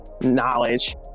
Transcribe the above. knowledge